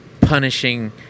punishing